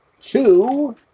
two